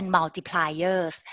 Multipliers